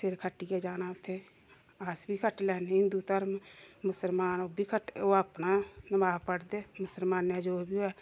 सिर खट्टियै जाना उत्थें अस बी खट्टी लैन्ने हिंदु धर्म मुस्लामान बी उब्बी खट ओह् अपना नमाज पढ़दे मुस्लमानै जो बी होऐ